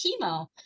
chemo